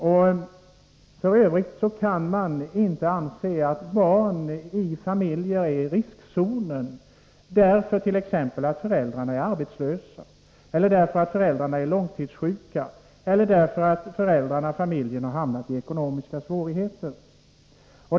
Jag anser f. ö. inte att man kan tala om att barn är i riskzonen när föräldrarna är arbetslösa eller långtidssjuka eller när familjen har hamnat i ekonomiska svårigheter.